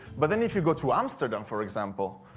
but then if you go to amsterdam for example,